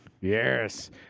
Yes